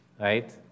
right